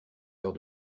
heure